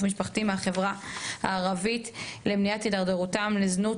משפחתי מהחברה הערבית ולמניעת התדרדרותם לעבודה בזנות,